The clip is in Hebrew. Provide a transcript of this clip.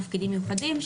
תפקידים מיוחדים,